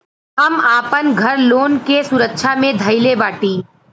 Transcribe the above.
हम आपन घर लोन के सुरक्षा मे धईले बाटी